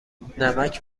نمک